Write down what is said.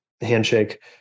handshake